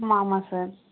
ஆமாம் ஆமாம் சார்